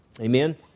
Amen